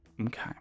Okay